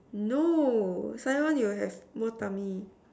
no Taiwan you would have more tummy